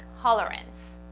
tolerance